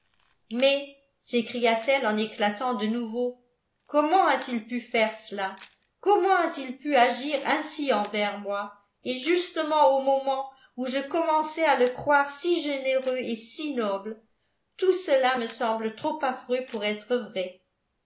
mais s'écria-t-elle en éclatant de nouveau comment a-t-il pu faire cela comment a-t-il pu agir ainsi envers moi et justement au moment où je commençais à le croire si généreux et si noble tout cela me semble trop affreux pour être vrai